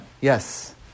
Yes